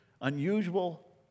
unusual